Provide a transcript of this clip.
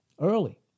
Early